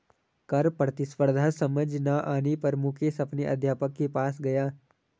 कर प्रतिस्पर्धा समझ ना आने पर मुकेश अपने अध्यापक के पास गया